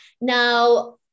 Now